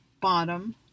bottom